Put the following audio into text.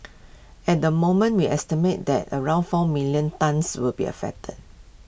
at the moment we estimate that around four million tonnes will be affected